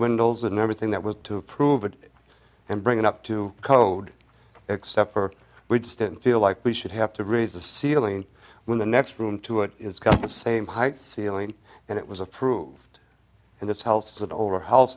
windows and everything that was to approve it and bring it up to code except for we just didn't feel like we should have to raise the ceiling when the next room to it is cut the same height ceiling and it was approved in this house of the old house